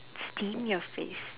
steam your face